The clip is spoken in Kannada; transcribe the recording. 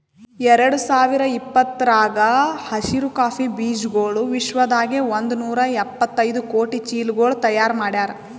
ಎರಡು ಸಾವಿರ ಇಪ್ಪತ್ತರಾಗ ಹಸಿರು ಕಾಫಿ ಬೀಜಗೊಳ್ ವಿಶ್ವದಾಗೆ ಒಂದ್ ನೂರಾ ಎಪ್ಪತ್ತೈದು ಕೋಟಿ ಚೀಲಗೊಳ್ ತೈಯಾರ್ ಮಾಡ್ಯಾರ್